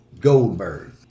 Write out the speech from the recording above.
Goldberg